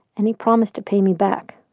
and he promised to pay me back